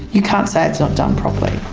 you can't say it's not done properly.